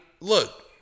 look